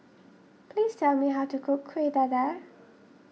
please tell me how to cook Kueh Dadar